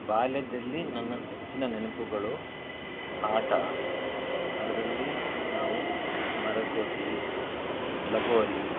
ಬಾಲ್ಯದಲ್ಲಿ ನನ್ನ ನೆಚ್ಚಿನ ನೆನಪುಗಳು ಆಟ ಅದರಲ್ಲಿ ನಾವು ಮರಕೋತಿ ಲಗೋರಿ